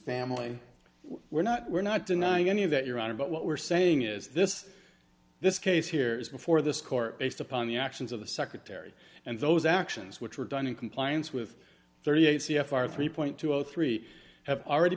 family we're not we're not denying any of that your honor but what we're saying is this this case here is before this court based upon the actions of the secretary and those actions which were done in compliance with thirty eight c f r three point two zero three have already